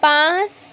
পাঁচ